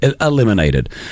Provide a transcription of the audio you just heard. eliminated